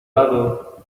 gato